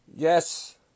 Yes